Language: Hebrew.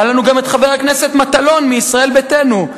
היה לנו גם חבר הכנסת מטלון מישראל ביתנו.